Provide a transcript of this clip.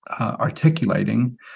articulating